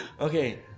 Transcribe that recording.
Okay